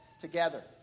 together